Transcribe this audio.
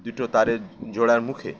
দুটো তারের জোড়ার মুখে